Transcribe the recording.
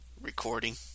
recording